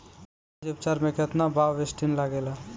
बीज उपचार में केतना बावस्टीन लागेला?